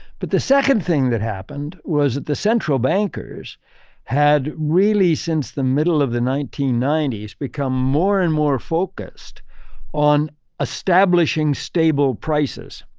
but the second thing that happened, was that the central bankers had really, since the middle of the nineteen ninety s, become more and more focused on establishing stable prices.